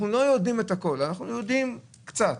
אנחנו יודעים קצת,